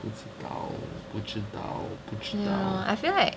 不知道不知道不知道